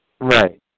Right